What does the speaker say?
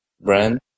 brand